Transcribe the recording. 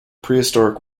prehistoric